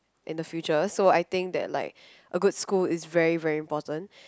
in the future so I think that like a good school is very very important